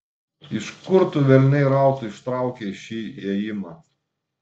iš kur tu velniai rautų ištraukei šį ėjimą